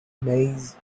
maize